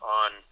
on